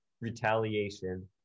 retaliation